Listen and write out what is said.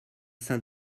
saint